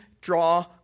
draw